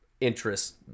interest